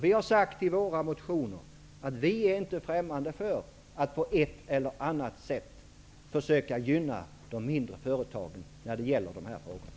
Vi har sagt i våra motioner att vi är inte främmande för att på ett eller annat sätt försöka gynna de mindre företagen i dessa frågor.